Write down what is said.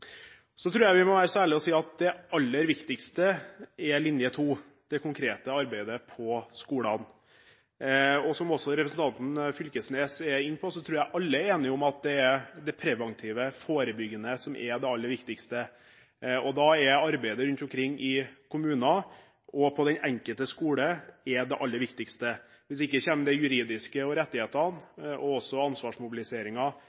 Så tror jeg vi må være så ærlige å si at det aller viktigste er linje to, det konkrete arbeidet på skolene. Som også representanten Fylkesnes er inne på, tror jeg alle er enige om at det er det preventive, forebyggende, som er det aller viktigste, og da er arbeidet rundt omkring i kommuner og på den enkelte skole svært viktig. Hvis ikke kommer det juridiske og rettighetene, og også